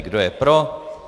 Kdo je pro?